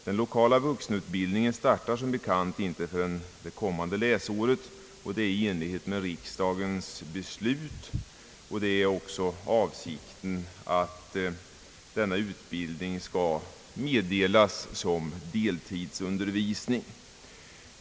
Den 10 kala vuxenutbildningen startar som bekant inte förrän det kommande läsåret, och det är i enlighet med riksdagens beslut också avsikten att denna utbildning skall meddelas som deltidsundervisning.